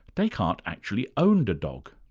descartes actually owned a dog.